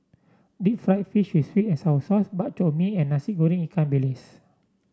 Deep Fried Fish with sweet and sour sauce Bak Chor Mee and Nasi Goreng Ikan Bilis